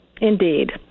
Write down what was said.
Indeed